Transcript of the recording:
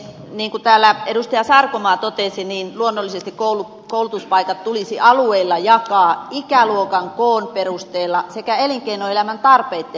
niin kuin täällä edustaja sarkomaa totesi niin luonnollisesti koulutuspaikat tulisi alueilla jakaa ikäluokan koon perusteella sekä elinkeinoelämän tarpeitten perusteella